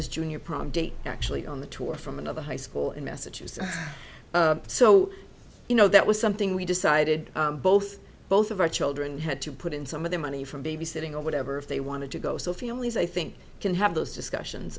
his junior prom date actually on the tour from another high school in massachusetts so you know that was something we decided both both of our children had to put in some of their money from babysitting or whatever if they wanted to go so families i think can have those discussions